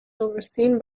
overseen